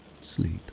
sleep